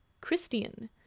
Christian